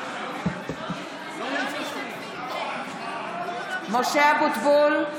בשמות חברי הכנסת) משה אבוטבול,